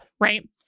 Right